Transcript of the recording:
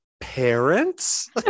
parents